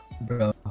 Bro